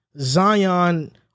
Zion